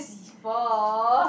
defer